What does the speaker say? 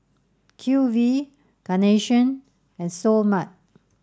Q V Carnation and Seoul Mart